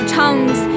tongues